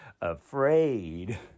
afraid